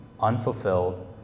unfulfilled